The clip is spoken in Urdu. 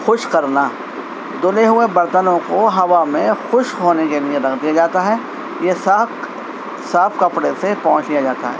خشک کرنا دھلے ہوئے برتنوں کو ہوا میں خشک ہونے کے لیے رکھ دیا جاتا ہے یا صاف صاف کپڑے سے پوچھ لیا جاتا ہے